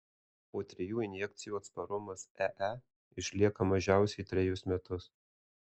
po trijų injekcijų atsparumas ee išlieka mažiausiai trejus metus